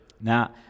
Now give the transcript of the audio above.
Now